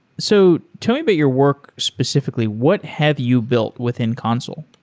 so tell me about your work specifically. what have you built within consul?